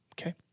Okay